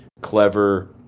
clever